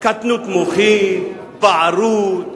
קטנות מוחין, בערות,